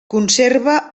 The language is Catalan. conserva